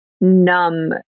numb